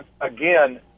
again